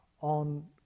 on